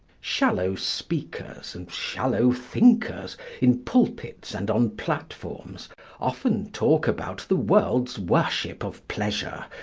shallow speakers and shallow thinkers in pulpits and on platforms often talk about the world's worship of pleasure,